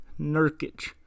Nurkic